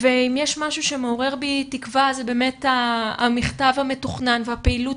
ואם יש משהו שמעורר בי תקווה זה באמת המכתב המתוכנן והפעילות